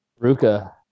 Ruka